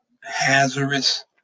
hazardous